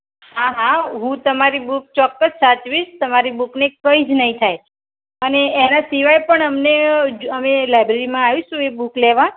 હા હા હું તમારી બૂક ચોક્કસ સાચવીશ તમારી બૂકને કંઈજ નહીં થાય અને એના સિવાય પણ અમને અમે લાયબ્રેરીમાં આવીશું એ બૂક લેવા